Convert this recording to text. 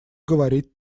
говорить